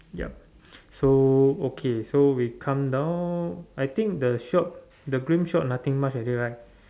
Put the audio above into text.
yup so okay so we come down I think the shop the green shop nothing much already right